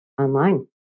online